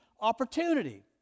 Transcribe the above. opportunity